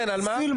כן, על מה?